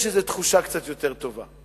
יש איזו תחושה קצת יותר טובה,